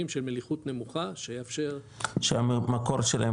של מליחות נמוכה --- שם מקור שלהם,